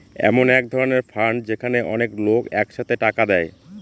এমন এক ধরনের ফান্ড যেখানে অনেক লোক এক সাথে টাকা দেয়